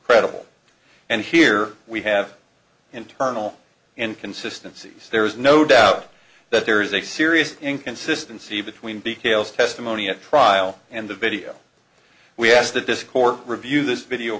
credible and here we have internal inconsistency there is no doubt that there is a serious inconsistency between be calles testimony at trial and the video we asked the disk or review this video